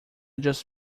just